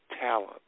talent